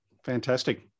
Fantastic